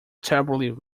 terribly